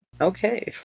Okay